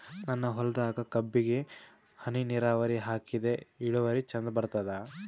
ನನ್ನ ಹೊಲದಾಗ ಕಬ್ಬಿಗಿ ಹನಿ ನಿರಾವರಿಹಾಕಿದೆ ಇಳುವರಿ ಚಂದ ಬರತ್ತಾದ?